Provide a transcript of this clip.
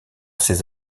ses